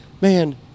man—